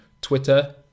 Twitter